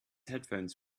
headphones